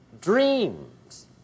Dreams